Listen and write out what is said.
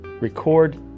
record